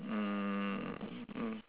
mm mm